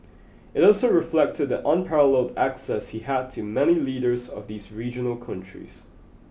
it also reflected the unparalleled access he had to many leaders of these regional countries